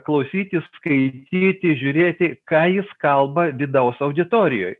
klausytis skaityti žiūrėti ką jis kalba vidaus auditorijoj